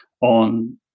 on